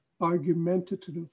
argumentative